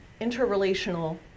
interrelational